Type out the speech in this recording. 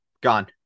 Gone